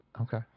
Okay